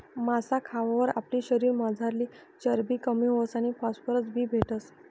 मासा खावावर आपला शरीरमझारली चरबी कमी व्हस आणि फॉस्फरस बी भेटस